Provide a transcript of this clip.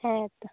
ᱦᱮᱸ ᱛᱚ